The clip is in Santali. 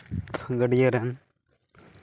ᱜᱟᱹᱰᱭᱟᱹ ᱨᱮᱱ